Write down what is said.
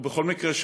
ובכל מקרה,